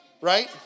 right